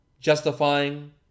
justifying